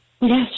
yes